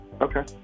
Okay